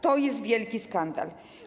To jest wielki skandal.